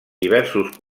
diversos